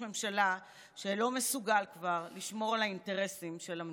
ממשלה שכבר לא מסוגל לשמור על האינטרסים של המדינה.